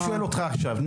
אני שואל אותך עכשיו.